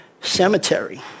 cemetery